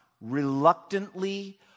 reluctantly